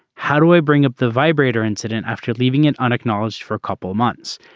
how do i bring up the vibrator incident after leaving an unacknowledged for a couple months.